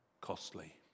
Costly